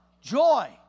joy